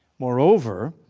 moreover,